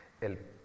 El